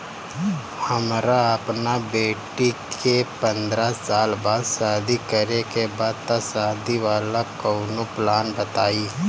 हमरा अपना बेटी के पंद्रह साल बाद शादी करे के बा त शादी वाला कऊनो प्लान बताई?